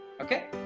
Okay